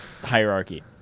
hierarchy